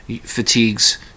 fatigues